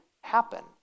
happen